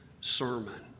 sermon